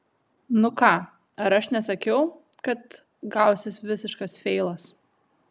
nu ką ar aš nesakiau kad gausis visiškas feilas